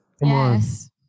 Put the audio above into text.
Yes